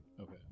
okay